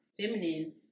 feminine